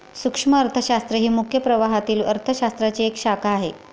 सूक्ष्म अर्थशास्त्र ही मुख्य प्रवाहातील अर्थ शास्त्राची एक शाखा आहे